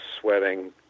sweating